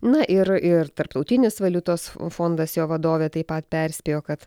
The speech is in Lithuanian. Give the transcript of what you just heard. na ir ir tarptautinis valiutos fondas jo vadovė taip pat perspėjo kad